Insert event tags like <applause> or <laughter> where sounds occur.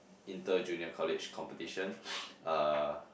inter junior college competition <noise> uh